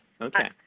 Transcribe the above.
Okay